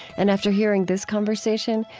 and after hearing this conversation,